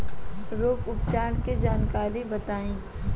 रोग उपचार के जानकारी बताई?